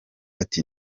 ati